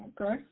Okay